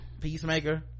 peacemaker